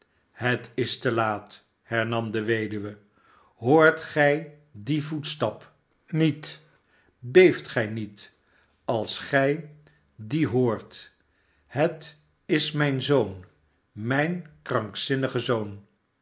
het is te laat hernam de weduwe hoort gij dien yoetstap niet beeft gij niet als gij dien hoort het is mijn zoon mijn krankzinnige zoon